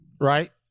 right